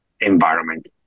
environment